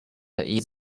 its